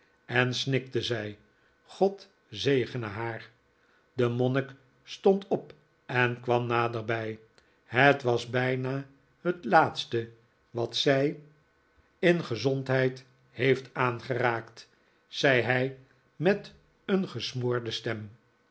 en snikte zij god zegene haar de monnik stond op en kwam naderbij het was bijna het laatste wat zij in gezondheid heeft aangeraakt zei hij met een gesmoorde stem